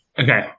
Okay